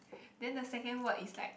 then the second word is like